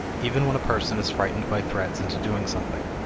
even when a person is frightened by threats into doing something,